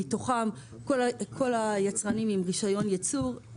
כל היצרנים עם רישיון ייצוא,